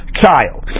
child